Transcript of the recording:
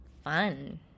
fun